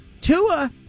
Tua